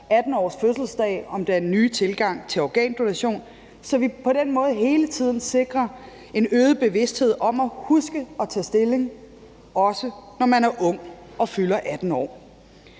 18-årsfødselsdag om den nye tilgang til organdonation, så vi på den måde hele tiden sikrer en øget bevidsthed om at huske at tage stilling, også når man er ung og fylder 18 år.